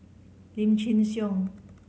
Lim Chin Siong